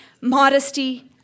modesty